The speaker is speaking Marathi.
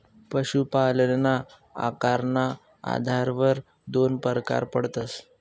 पशुपालनना आकारना आधारवर दोन परकार पडतस